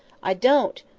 i don't!